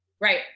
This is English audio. right